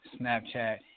Snapchat